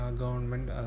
government